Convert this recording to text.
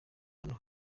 hano